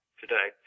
today